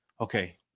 okay